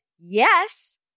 yes